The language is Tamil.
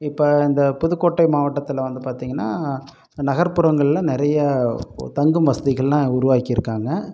இப்போ அந்த புதுக்கோட்டை மாவட்டத்தில் வந்து பார்த்தீங்கன்னா நகர்ப்புறங்களில் நிறையா தங்கும் வசதிகளெலாம் உருவாக்கிருக்காங்க